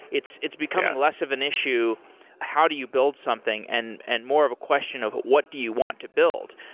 it's it's becoming less of an issue how do you build something, and and more of a question of what do you want to build?